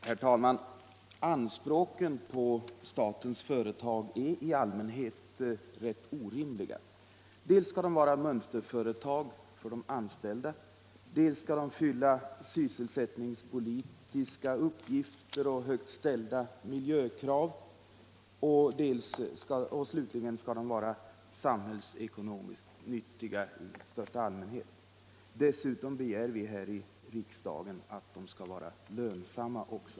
Herr talman! Anspråken på statens företag är ofta inte särskilt rimliga. Dels skall de vara mönsterföretag för de anställda, dels skall de fullgöra sysselsättningspolitiska uppgifter och tillgodose högt ställda miljökrav, dels slutligen skall de vara samhällsekonomiskt nyttiga i största allmänhet. Dessutom begär vi här i riksdagen att de också skall vara lönsamma.